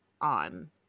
on